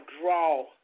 draw